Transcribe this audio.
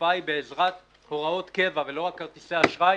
התופעה היא בעזרת הוראות קבע ולא רק כרטיסי אשראי